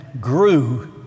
grew